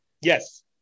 Yes